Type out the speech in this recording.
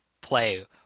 play